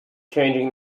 changing